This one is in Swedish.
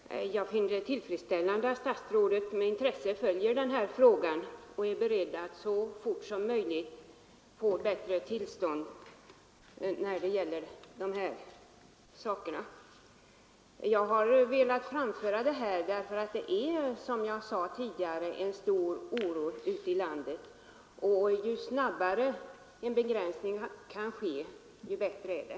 Herr talman! Jag finner det tillfredsställande att statsrådet med intresse följer frågan och är beredd att så fort som möjligt vidta åtgärder för att få till stånd en bättre tingens ordning. Jag har velat aktualisera den här frågan därför att det råder, som jag sade tidigare, en stor oro ute i landet. Ju snabbare en begränsning kan ske, desto bättre är det.